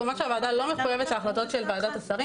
כמובן שהוועדה לא מחויבת להחלטות של ועדת השרים,